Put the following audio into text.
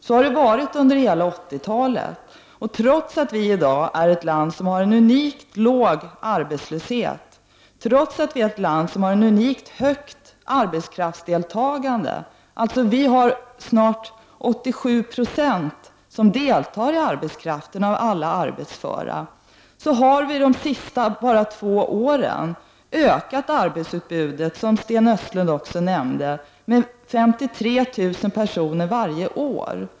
Så har det varit under hela 80-talet, och trots att Sverige i dag är ett land som har en unikt låg arbetslöshet, trots att Sverige har ett unikt högt arbetskraftsdeltagande — närå 87 Jo av alla arbetsföra deltar i arbetskraften — har vi de senaste två åren ökat arbetsutbudet, som Sten Östlund också nämnde, med 53 000 personer varje år.